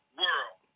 world